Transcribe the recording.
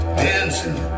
dancing